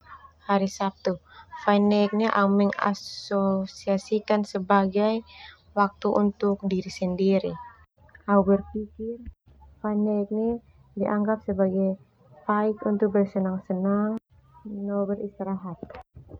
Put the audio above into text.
Hari Sabtu fai nek au mengasosiasikan sebagai waktu untuk diri sendiri. Au berpikir fai nek dianggap sebagai faik untuk bersenang-senang no beristirahat.